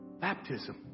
baptism